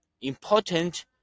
important